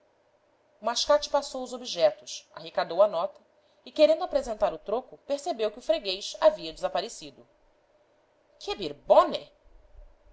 mascate passou os objetos arrecadou a nota e querendo apresentar o troco percebeu que o freguês havia desaparecido che